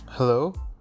Hello